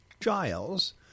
Giles